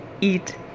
eat